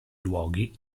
luoghi